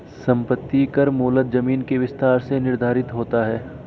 संपत्ति कर मूलतः जमीन के विस्तार से निर्धारित होता है